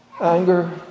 Anger